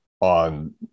on